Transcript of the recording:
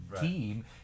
team